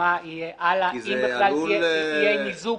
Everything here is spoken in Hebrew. מה יהיה הלאה אם יהיה מיזוג.